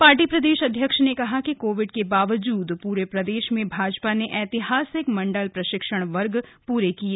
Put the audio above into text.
party प्रदेश अध्यक्ष ने कहा कि कोविड के बावजूद पूरे प्रदेश में भाजपा ने ऐतिहासिक मंडल प्रशिक्षण वर्ग पूरे किए